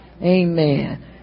Amen